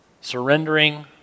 surrendering